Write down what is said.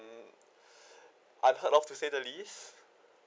mm unheard of to say the least